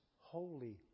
holy